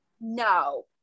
No